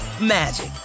magic